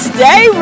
Stay